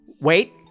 Wait